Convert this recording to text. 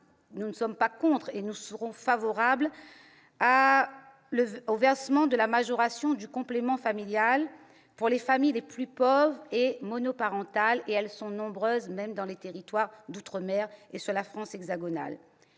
Comprenez-le bien, nous serons favorables au versement de la majoration du complément familial pour les familles les plus pauvres et monoparentales- elles sont nombreuses, dans les territoires d'outre-mer comme en France hexagonale